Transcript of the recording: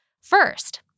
First